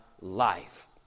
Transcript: life